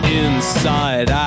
inside